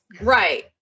Right